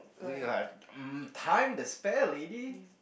we got um time to spare lady